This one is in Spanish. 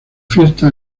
fiesta